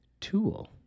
tool